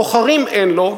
בוחרים אין לו,